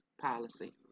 policy